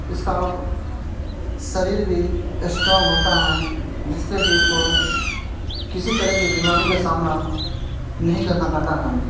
اس کا شریر بھی اسٹرانگ ہوتا ہیں جس سے کہ اس کو کسی طرح کی بیماری کا سامنا نہیں کرنا پڑتا ہیں